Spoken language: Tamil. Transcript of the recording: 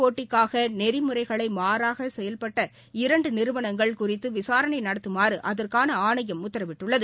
போட்டிக்காகநெறிமுறைகளுக்குமாறாகசெயல்பட்ட தொழில் இரண்டுநிறுவனங்கள் குறித்துவிசாரணைநடத்தமாறுஅதற்கானஆணையம் உத்தரவிட்டுள்ளது